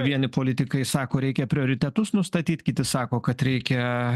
vieni politikai sako reikia prioritetus nustatyt kiti sako kad reikia